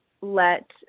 let